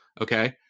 okay